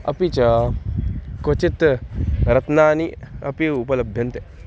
अपि च क्वचित् रत्नानि अपि उपलभ्यन्ते